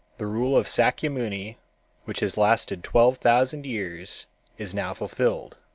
the rule of sakyamuni which has lasted twelve thousand years is now fulfilled,